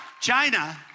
China